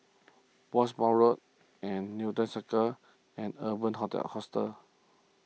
Bournemouth Road and Newton Circus and Urban Hotel Hostel